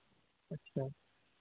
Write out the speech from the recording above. اچھا